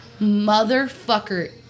motherfucker